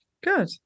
Good